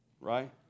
right